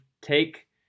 take